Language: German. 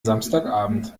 samstagabend